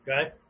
okay